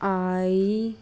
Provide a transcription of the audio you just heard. I